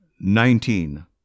Nineteen